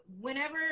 whenever